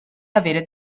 avere